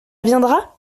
viendra